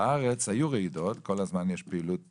בארץ היו רעידות, כל הזמן יש פעילות